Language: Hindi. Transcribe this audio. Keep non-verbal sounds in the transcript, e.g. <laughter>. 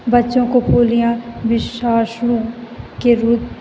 बच्चों को पोलिया <unintelligible> के रूप